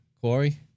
Corey